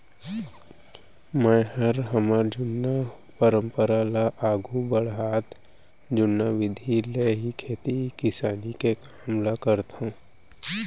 मैंहर हमर जुन्ना परंपरा ल आघू बढ़ात जुन्ना बिधि ले ही खेती किसानी के काम ल करथंव